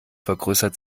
vergrößert